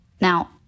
Now